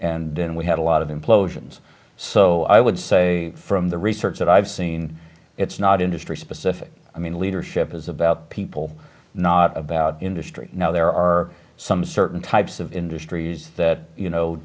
and then we had a lot of implosions so i would say from the research that i've seen it's not industry specific i mean leadership is about people not about industry now there are some certain types of industries that you know